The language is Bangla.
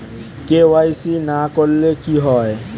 কে.ওয়াই.সি না করলে কি হয়?